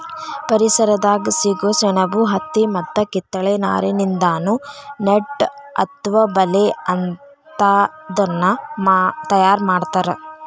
ಪರಿಸರದಾಗ ಸಿಗೋ ಸೆಣಬು ಹತ್ತಿ ಮತ್ತ ಕಿತ್ತಳೆ ನಾರಿನಿಂದಾನು ನೆಟ್ ಅತ್ವ ಬಲೇ ಅಂತಾದನ್ನ ತಯಾರ್ ಮಾಡ್ತಾರ